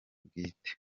bwite